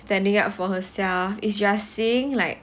standing up for herself is you are seeing like